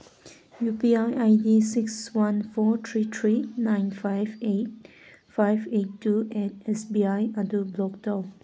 U P I I D six one four three three nine five eight five eight two at S B I ꯑꯗꯨ block ꯇꯧ